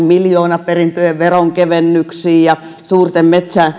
miljoonaperintöjen veronkevennyksiin ja suurten